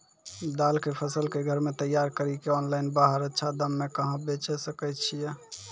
दाल के फसल के घर मे तैयार कड़ी के ऑनलाइन बाहर अच्छा दाम मे कहाँ बेचे सकय छियै?